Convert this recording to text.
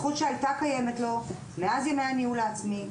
זכות שהייתה קיימת לו עוד מאז ימי הניהול העצמי,